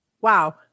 wow